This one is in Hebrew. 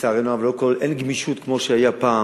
לצערנו הרב, אין גמישות כמו שהייתה פעם.